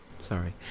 sorry